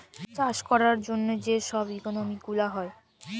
চাষ ক্যরার জ্যনহে যে ছব ইকলমিক্স গুলা হ্যয়